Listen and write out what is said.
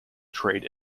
trade